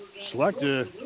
Selecta